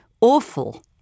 awful